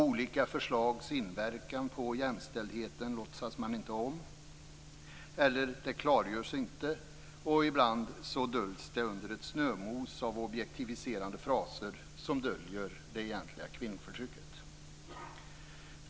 Olika förslags inverkan på jämställdheten låtsas man inte om, eller också klargörs den inte. Ibland döljs det hela under ett snömos av objektiviserande fraser som döljer det egentliga kvinnoförtrycket.